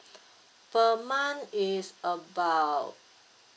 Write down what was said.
per month is about